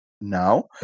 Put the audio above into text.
now